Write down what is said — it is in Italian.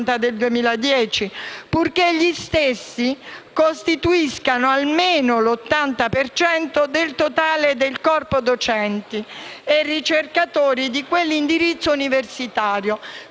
del 2010), purché gli stessi costituiscano almeno l'80 per cento del totale del corpo docenti e ricercatori di quell'indirizzo universitario,